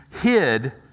hid